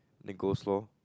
then coleslaw